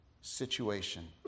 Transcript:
situation